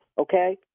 Okay